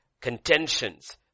contentions